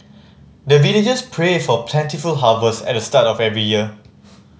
the villagers pray for plentiful harvest at the start of every year